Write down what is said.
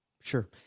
sure